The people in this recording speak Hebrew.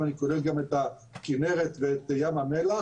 כשאני כולל גם את הכינרת וים המלח.